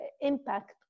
impact